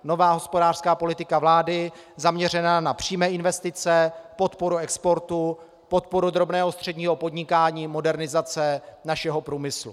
Nová hospodářská politika vlády zaměřená na přímé investice, podporu exportu, podporu drobného a středního podnikání, modernizace našeho průmyslu.